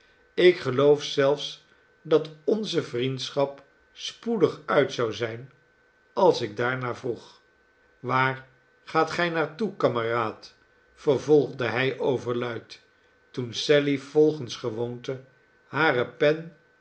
ik geloof zelfs dat onze vriendschap spoedig uit zou zijn als ik daarnaar vroeg waar gaat gij naar toe kameraad vervolgde hij overluid toen sally volgens gewoonte hare pen